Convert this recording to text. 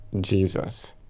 Jesus